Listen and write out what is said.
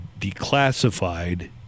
declassified